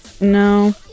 No